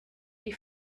die